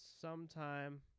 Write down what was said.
sometime